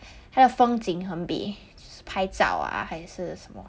还有风景很美就是拍照啊还是什么